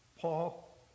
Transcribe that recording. Paul